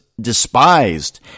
despised